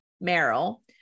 Merrill